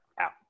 out